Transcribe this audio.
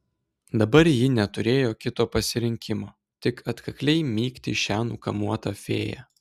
dabar ji neturėjo kito pasirinkimo tik atkakliai mygti šią nukamuotą fėją